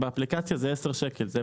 כשבאפליקציה היא עולה 10 שקלים.